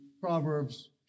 Proverbs